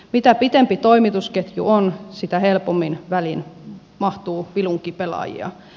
mitä pitempi toimitusketju on sitä helpommin väliin mahtuu vilunkipelaajia